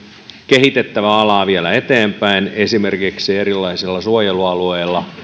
kehitettävä alaa vielä eteenpäin esimerkiksi erilaisilla suojelualueilla